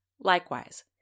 Likewise